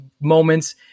moments